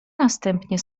następnie